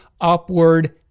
upward